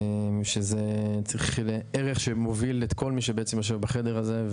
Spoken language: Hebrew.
זה ערך שמוביל את כל מי שיושב בחדר הזה,